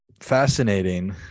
Fascinating